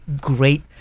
great